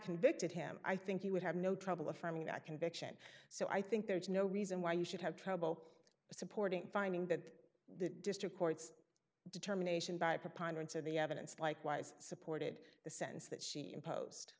convicted him i think you would have no trouble affirming a conviction so i think there is no reason why you should have trouble supporting finding that the district court's determination by preponderance of the evidence likewise supported the sentence that she impos